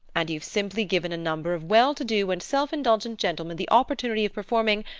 and you've simply given a number of well-to-do and self-indulgent gentlemen the opportunity of performing,